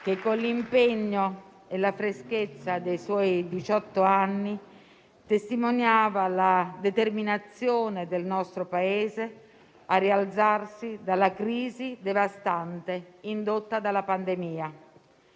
che con l'impegno e la freschezza dei suoi diciotto anni testimoniava la determinazione del nostro Paese a rialzarsi dalla crisi devastante indotta dalla pandemia.